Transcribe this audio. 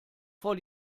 vor